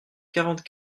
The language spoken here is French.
quarante